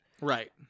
Right